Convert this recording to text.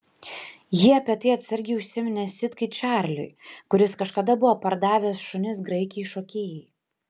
ji apie tai atsargiai užsiminė sitkai čarliui kuris kažkada buvo pardavęs šunis graikei šokėjai